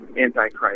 antichrist